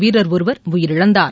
வீரர் ஒருவர் உயிரிழந்தார்